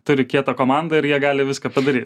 turi kietą komandą ir jie gali viską padaryt